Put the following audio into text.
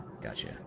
Gotcha